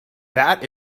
that